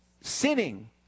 sinning